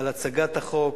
על הצגת החוק,